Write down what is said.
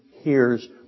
hears